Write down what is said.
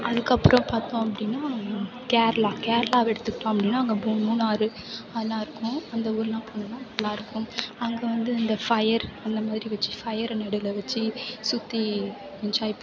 அதுக்கு அப்புறம் பார்த்தோம் அப்படினா கேரளா கேரளாவை எடுத்துகிட்டோம் அப்படினா அங்கே மூணாறு அதெலாம் இருக்கும் அந்த ஊரெலாம் போனால் நல்லா இருக்கும் அங்கே வந்து இந்த ஃபயர் அந்த மாதிரி வச்சு ஃபயரை நடுவில் வச்சு சுற்றி என்ஜாய் பண்ணுறது